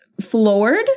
floored